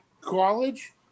college